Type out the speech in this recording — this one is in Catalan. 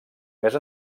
més